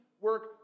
work